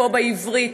פה בעברית,